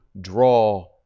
draw